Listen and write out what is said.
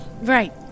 Right